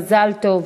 מזל טוב.